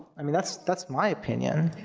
i mean, that's that's my opinion.